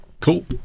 Cool